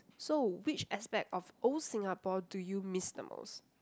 so which aspect of old Singapore do you miss the most